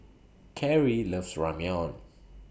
Kerrie loves Ramyeon